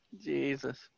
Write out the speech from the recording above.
Jesus